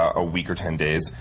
a week or ten days,